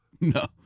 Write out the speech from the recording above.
No